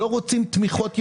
אנחנו לא רוצים תמיכות ישירות.